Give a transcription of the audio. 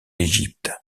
égypte